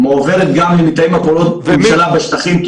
מועברת גם למתאם הפעולות הממשלה בשטחים,